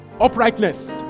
uprightness